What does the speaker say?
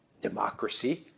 democracy